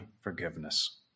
forgiveness